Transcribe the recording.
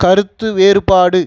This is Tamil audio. கருத்து வேறுபாடு